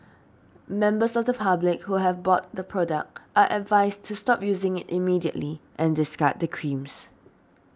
members of the public who have bought the product are advised to stop using it immediately and discard the creams